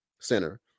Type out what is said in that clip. center